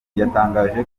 yatangaje